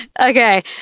Okay